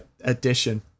edition